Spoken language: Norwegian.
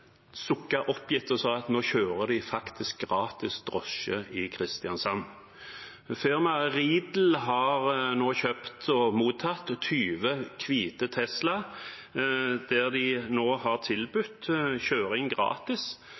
sa at nå kjører man faktisk gratis drosje i Kristiansand. Firmaet Ridel har nå kjøpt og mottatt 20 hvite Tesla-er, og de har nå tilbudt gratis kjøring